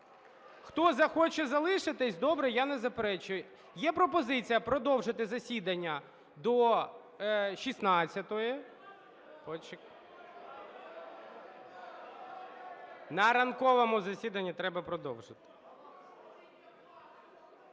Хто захоче залишитися – добре, я не заперечую. Є пропозиція продовжити засідання до 16. (Шум в залі) На ранковому засіданні треба продовжити.